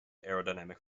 aerodynamic